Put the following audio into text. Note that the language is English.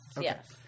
yes